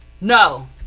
No